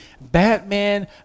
Batman